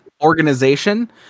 organization